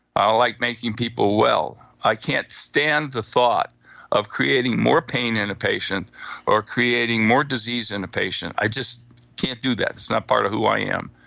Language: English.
i like making people well. i can't stand the thought of creating more pain in a patient or creating more disease in a patient. i just can't do that. it's not part of who i am.